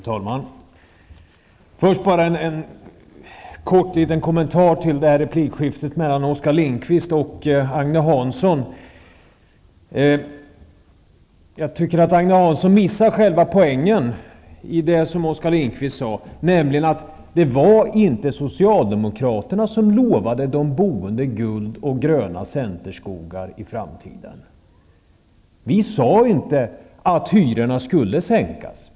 Herr talman! Först vill jag göra en kort kommentar till replikskiftet mellan Oskar Lindkvist och Agne Hansson. Jag tycker att Agne Hansson missar själva poängen i det som Oskar Lindkvist sade, nämligen att det inte var socialdemokraterna som lovade de boende guld och gröna centerskogar i framtiden. Vi sade inte att hyrorna skulle sänkas.